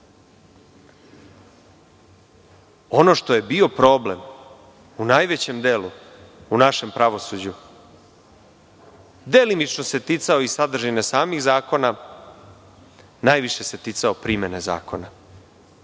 što je bio problem, u najvećem delu, u našem pravosuđu delimično se ticao i sadržine samih zakona, najviše se ticao primene zakona.